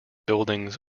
buildings